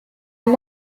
are